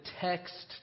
text